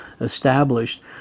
established